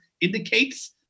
indicates